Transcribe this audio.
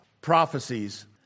prophecies